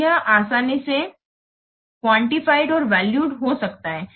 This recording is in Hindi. तो यह आसानी से क्वान्टिफिएड और वैल्यूड हो सकता है